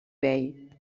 vell